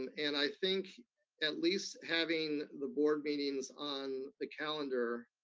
um and i think at least having the board meetings on the calendar